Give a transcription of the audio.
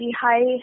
Hi